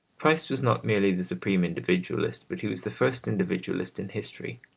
christ was not merely the supreme individualist, but he was the first individualist in history.